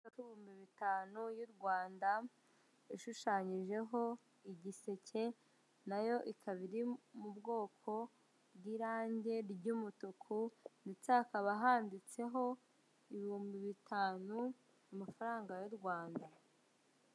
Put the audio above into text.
Inoti y'ibihumbi bitanu y'u Rwanda ishushanyijeho igiseke, nayo ikaba iri mu bwoko bw'irange ry'umutuku ndetse hakaba handitseho ibihumbi bitanu, amafaranga y'u Rwanda.